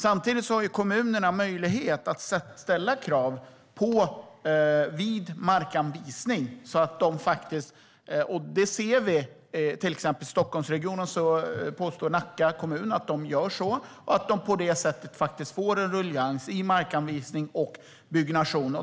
Samtidigt har kommunerna möjlighet att ställa krav vid markanvisning. Det ser vi till exempel i Stockholmsregionen, där Nacka kommun påstår att de gör så och på det sättet får en ruljangs i markanvisning och byggnation.